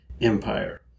Empire